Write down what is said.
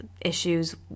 issues